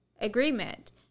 agreement